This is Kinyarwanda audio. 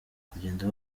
kugenda